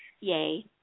yay